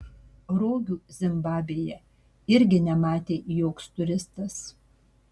rogių zimbabvėje irgi nematė joks turistas